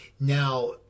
Now